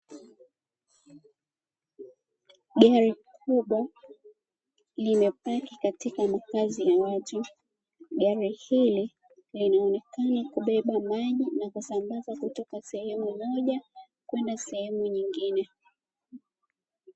Gari kubwa limepaki katika makazi ya watu. Gari hili linaonekana kubeba maji na kusambaza kutoka sehemu moja kwenda sehemu nyingine.